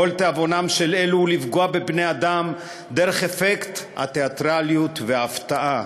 כל תיאבונם של אלו הוא לפגוע בבני-אדם דרך אפקט התיאטרליות וההפתעה,